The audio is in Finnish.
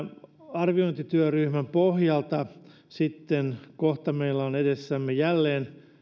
arviointityöryhmän pohjalta meillä sitten kohta on edessämme jälleen